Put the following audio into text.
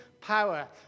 power